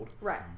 Right